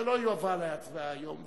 זה לא יובא להצבעה היום.